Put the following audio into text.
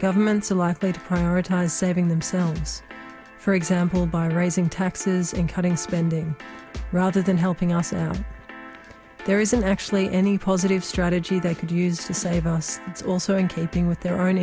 governments are likely to prioritize saving themselves for example by raising taxes and cutting spending rather than helping us and there isn't actually any positive strategy they could use to save us it's also in keeping with the